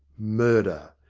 murder.